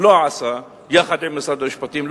יחד עם משרד המשפטים,